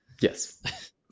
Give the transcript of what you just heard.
Yes